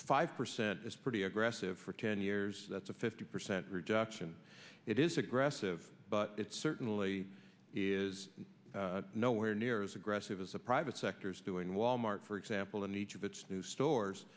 five percent is pretty aggressive for ten years that's a fifty percent reduction it is aggressive but it certainly is nowhere near as aggressive as a private sector's doing wal mart for example in each of its new stores